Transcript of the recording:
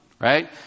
right